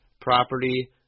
property